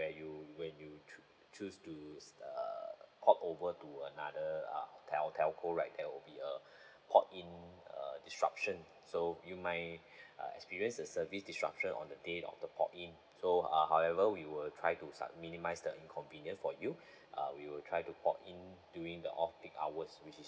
where you when you ch~ choose to uh port over to another err tel~ telco right there will be a port in uh disruption so you might uh experience the service disruption on the day of the port in so uh however we will try to minimise the inconvenience for you uh we will try to port in during the off peak hours which is